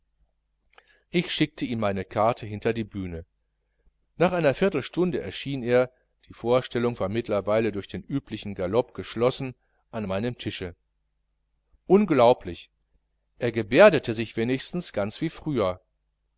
ich schickte ihm meine karte hinter die bühne nach einer viertelstunde erschien er die vorstellung war mittlerweile durch den üblichen galopp geschlossen an meinem tische unglaublich er geberdete sich wenigstens ganz wie früher